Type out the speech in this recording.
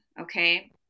Okay